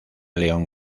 león